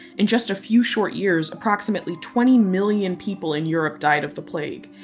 in just a few short years approximately twenty million people in europe died of the plague,